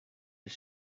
his